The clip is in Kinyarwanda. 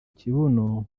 kibuno